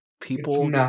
People